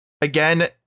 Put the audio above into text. again